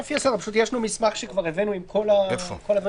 לנו מסמך שכבר הבאנו עם כל הדברים,